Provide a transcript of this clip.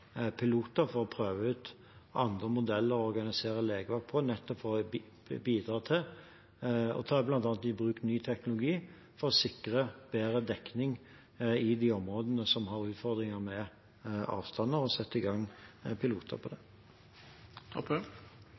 piloter for å prøve ut andre modeller å organisere legevakt etter, for å bidra til bl.a. å ta i bruk ny teknologi for å sikre bedre dekning i de områdene som har utfordringer med avstander, og sette i gang piloter på det.